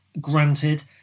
granted